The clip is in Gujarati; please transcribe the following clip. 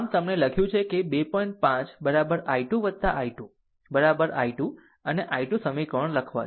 5 બરાબરi 2 i 2 બરાબર i 2 અને i 2 સમીકરણો લખવા છે